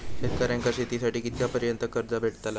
शेतकऱ्यांका शेतीसाठी कितक्या पर्यंत कर्ज भेटताला?